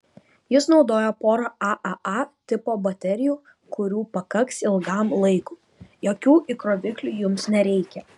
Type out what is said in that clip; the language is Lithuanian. jis naudoja porą aaa tipo baterijų kurių pakaks ilgam laikui jokių įkroviklių jums nereikia